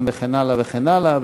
וכן הלאה וכן הלאה,